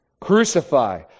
Crucify